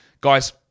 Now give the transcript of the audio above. Guys